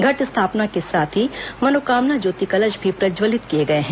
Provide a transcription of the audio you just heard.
घट स्थापना के साथ ही मनोकामना ज्योतिकलश भी प्रज्जवलित किए गए हैं